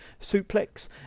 suplex